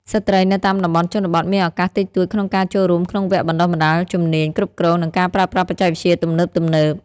ស្ត្រីនៅតាមតំបន់ជនបទមានឱកាសតិចតួចក្នុងការចូលរួមក្នុងវគ្គបណ្តុះបណ្តាលជំនាញគ្រប់គ្រង និងការប្រើប្រាស់បច្ចេកវិទ្យាទំនើបៗ។